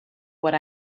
what